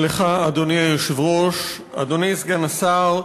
אדוני היושב-ראש, תודה לך, אדוני סגן השר,